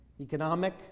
economic